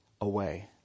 away